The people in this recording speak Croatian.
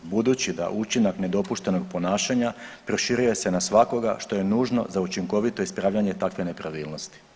Budući da učinak nedopuštenog ponašanja proširuje se na svakoga što je nužno za učinkovito ispravljanje takve nepravilnosti.